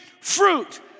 fruit